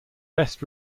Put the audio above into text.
best